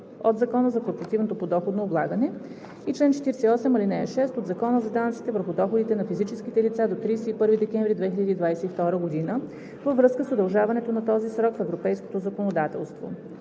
от Закона за корпоративното подоходно облагане и чл. 48, ал. 6 от Закона за данъците върху доходите на физическите лица до 31 декември 2022 г., във връзка с удължаването на този срок в европейското законодателство.